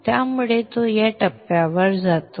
त्यामुळे तो या टप्प्यावर जातो